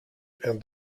and